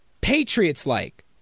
Patriots-like